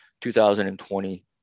2020